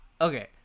okay